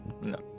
no